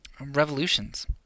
Revolutions